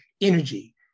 energy